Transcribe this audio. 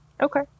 Okay